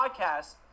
podcast